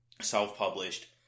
self-published